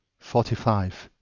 forty five.